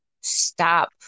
stop